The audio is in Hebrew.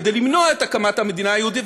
כדי למנוע את הקמת המדינה היהודית,